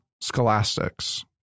scholastics